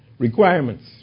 Requirements